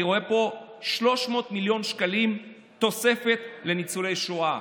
אני רואה פה 300 מיליון שקלים תוספת לניצולי שואה.